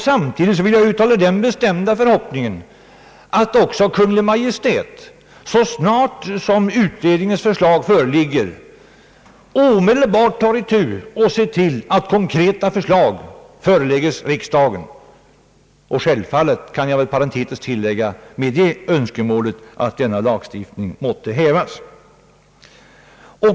Samtidigt vill jag uttala den bestämda förhoppningen att Kungl. Maj:t så snart som utredningens förslag föreligger omedelbart ser till att konkreta förslag föreläggs riksdagen. Självfallet kan jag parentetiskt tillägga önskemålet, att den nuvarande lagstiftningen måtte hävas.